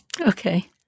Okay